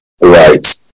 right